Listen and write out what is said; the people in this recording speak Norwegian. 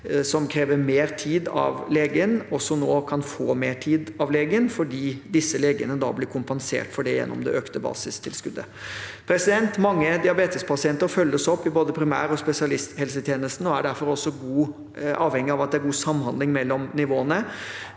som krever mer tid av legen, nå også kan få mer tid av legen, siden disse legene blir kompensert for det gjennom det økte basistilskuddet. Mange diabetespasienter følges opp i både primærog spesialisthelsetjenesten, og de er derfor også avhengige av at det er god samhandling mellom nivåene.